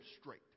straight